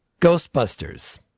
Ghostbusters